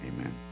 Amen